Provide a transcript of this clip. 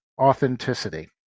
authenticity